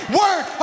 word